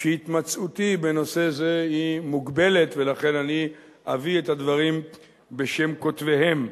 שהתמצאותי בנושא זה היא מוגבלת ולכן אני אביא את הדברים בשם כותביהם.